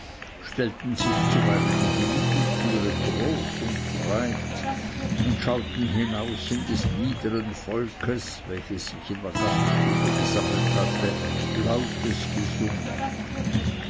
stellten sich zuweilen in die mitteltüre groß und breit und schauten hinaus in des niedern volkes welches sich in der gaststube gesammelt hatte lautes gesumme